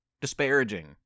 disparaging